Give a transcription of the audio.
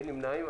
אין נמנעים.